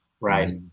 Right